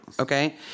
Okay